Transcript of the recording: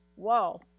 whoa